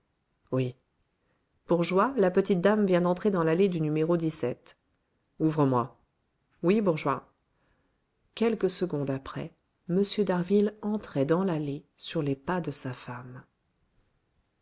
oui bourgeois la petite dame vient d'entrer dans l'allée du n ouvre-moi oui bourgeois quelques secondes après m d'harville entrait dans l'allée sur les pas de sa femme